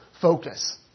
focus